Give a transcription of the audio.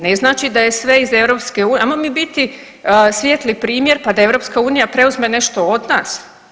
Ne znači da je sve iz EU, ajmo mi biti svijetli primjer pa da EU preuzme nešto od nas.